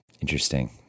Interesting